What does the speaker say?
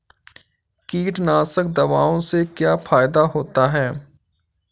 कीटनाशक दवाओं से क्या फायदा होता है?